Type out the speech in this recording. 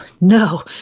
no